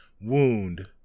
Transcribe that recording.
wound